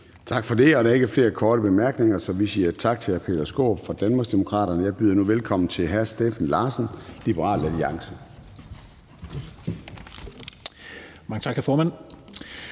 Tak for det. Der er ikke flere korte bemærkninger, så vi siger tak til hr. Peter Skaarup fra Danmarksdemokraterne. Jeg byder nu velkommen til hr. Steffen Larsen, Liberal Alliance. Kl. 14:13 (Ordfører)